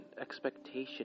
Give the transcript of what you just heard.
expectation